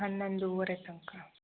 ಹನ್ನೊಂದುವರೆ ತನಕ